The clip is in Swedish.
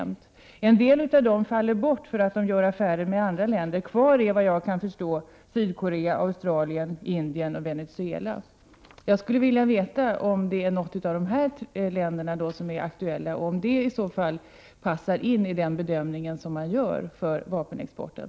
En del av dessa länder faller bort, eftersom de gör affärer med andra länder än Sverige. Såvitt jag kan förstå blir då kvar Sydkorea, Australien, Indien och Venezuela. Är det något av dessa länder som är aktuellt? Passar detta land i så fall in i den bedömning som man gör när det gäller vapenexporten?